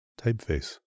Typeface